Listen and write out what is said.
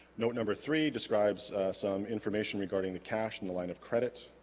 note number three describes some information regarding the cash in the line of credit